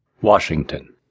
Washington